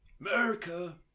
America